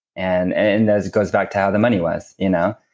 and and that goes back to how the money was, you know?